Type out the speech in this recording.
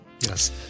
yes